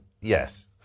yes